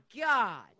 god